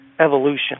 evolution